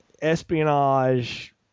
espionage